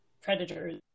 predators